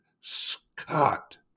Scott